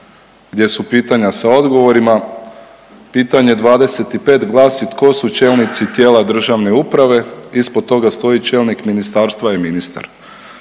gdje su pitanja sa odgovorima. Pitanje 25 glasi tko su čelnici tijela državne uprave. Ispod toga stoji čelnik ministarstva je ministar.